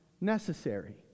necessary